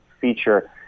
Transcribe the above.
feature